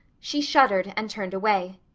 she shuddered and turned away.